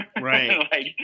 right